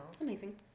Amazing